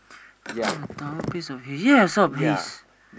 found a tower piece of hays yeah I saw a hays